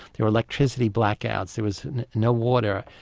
there were electricity blackouts, there was no water,